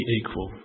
equal